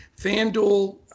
FanDuel